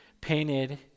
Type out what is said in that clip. painted